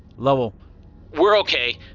lovell we're okay.